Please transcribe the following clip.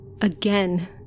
Again